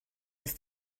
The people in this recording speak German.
ist